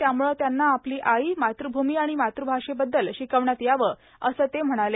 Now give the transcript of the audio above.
त्यामुळं त्यांना आपलो आई मातृभूमी आर्ाण मातृभाषेबद्दल र्शिकवण्यात यावं असं ते म्हणाले